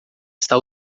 está